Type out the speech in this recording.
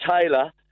Taylor